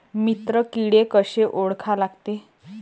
मित्र किडे कशे ओळखा लागते?